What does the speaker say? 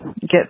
get